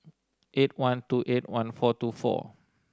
eight one two eight one four two four